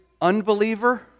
unbeliever